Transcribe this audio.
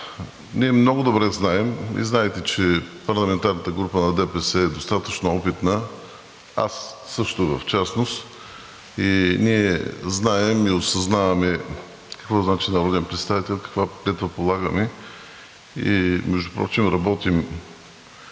ние много добре знаем и знаете, че парламентарната група на ДПС е достатъчно опитна, аз също в частност, и ние знаем, и осъзнаваме какво значи народен представител, каква клетва полагаме. Между впрочем работим